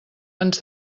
ens